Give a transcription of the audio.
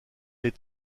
est